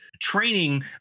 training